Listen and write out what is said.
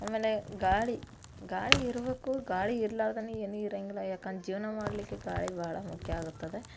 ಆಮೇಲೆ ಗಾಳಿ ಗಾಳಿ ಇರಬೇಕು ಗಾಳಿ ಇರ್ಲಾರ್ದೆ ಏನೂ ಇರಂಗಿಲ್ಲ ಯಾಕಂದ್ರ್ ಜೀವನ ಮಾಡಲಿಕ್ಕೆ ಗಾಳಿ ಬಹಳ ಮುಖ್ಯ ಆಗುತ್ತದೆ